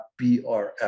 .brf